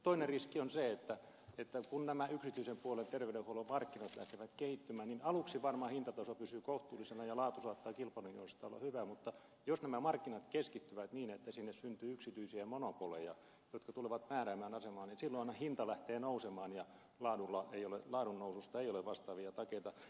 toinen riski on se että kun nämä yksityisen puolen terveydenhuollon markkinat lähtevät kehittymään niin aluksi varmaan hintataso pysyy kohtuullisena ja laatu saattaa kilpailun johdosta olla hyvä mutta jos nämä markkinat keskittyvät niin että sinne syntyy yksityisiä monopoleja jotka tulevat määräävään asemaan niin silloinhan hinta lähtee nousemaan ja laadun noususta ei ole vastaavia takeita